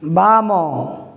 ବାମ